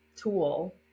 tool